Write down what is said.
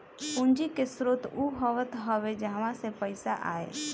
पूंजी के स्रोत उ होत हवे जहवा से पईसा आए